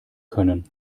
können